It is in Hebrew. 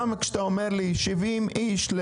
גם כשאתה אומר לי 70 שקלים לאיש,